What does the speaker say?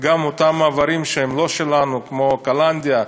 וגם אותם מעברים שהם לא שלנו, כמו קלנדיה,